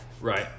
Right